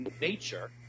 nature